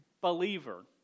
believer